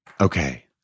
Okay